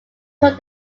took